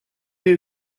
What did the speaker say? you